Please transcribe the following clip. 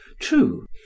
True